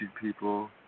people